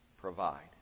provide